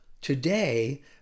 Today